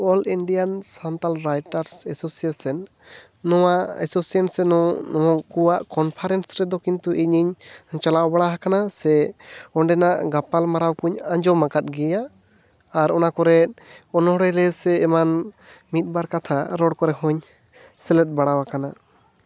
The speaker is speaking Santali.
ᱚᱞ ᱤᱱᱰᱤᱭᱟ ᱥᱟᱱᱛᱟᱲᱤ ᱨᱟᱭᱴᱟᱨᱥ ᱮᱥᱳᱥᱤᱭᱮᱥᱮᱱ ᱱᱚᱣᱟ ᱮᱥᱳᱥᱤᱭᱮᱥᱚᱱ ᱦᱚᱸ ᱱᱩᱠᱩᱣᱟᱜ ᱠᱚᱱᱯᱷᱟᱨᱮᱱᱥ ᱨᱮᱫᱚ ᱠᱤᱱᱛᱩ ᱤᱧᱤᱧ ᱪᱟᱞᱟᱣ ᱵᱟᱲᱟ ᱟᱠᱟᱱᱟ ᱥᱮ ᱚᱸᱰᱮ ᱱᱟᱜ ᱜᱟᱯᱟᱞᱢᱟᱨᱟᱣ ᱠᱚᱧ ᱟᱸᱡᱚᱢ ᱟᱠᱟᱫ ᱜᱮᱭᱟ ᱟᱨ ᱚᱱᱟ ᱠᱚᱨᱮᱫ ᱚᱱᱚᱬᱦᱮᱸ ᱨᱮᱥᱮ ᱮᱢᱟᱱ ᱢᱤᱫ ᱵᱟᱨ ᱠᱟᱛᱷᱟ ᱨᱚᱲ ᱠᱚᱨᱮ ᱦᱚᱧ ᱥᱮᱞᱮᱫ ᱵᱟᱲᱟ ᱟᱠᱟᱱᱟ